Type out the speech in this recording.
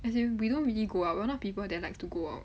as in we don't really go out we're not people that likes to go out